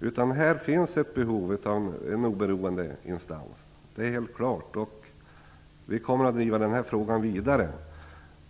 Det finns helt klart ett behov av en oberoende instans, och vi kommer att driva den här frågan vidare.